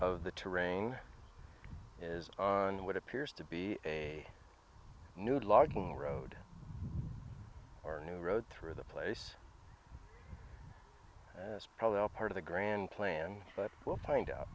of the terrain is on what appears to be a new logging road or a new road through the place and it's probably all part of the grand plan but we'll find